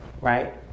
right